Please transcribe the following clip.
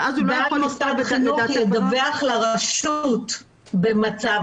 מוסד החינוך ידווח לרשות המקומית במצב